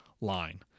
line